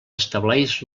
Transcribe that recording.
estableix